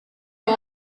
dod